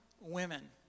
women